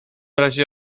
razie